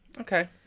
Okay